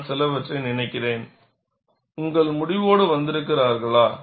நான் சிலவற்றை நினைக்கிறேன் உங்கள் முடிவோடு வந்திருக்கிறீர்களா